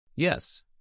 Yes